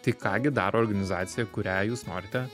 tai ką gi daro organizacija kurią jūs norite